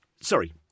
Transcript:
sorry